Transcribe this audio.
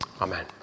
Amen